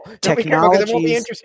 Technologies